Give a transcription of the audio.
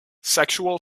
sexual